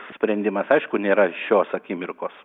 tas sprendimas aišku nėra šios akimirkos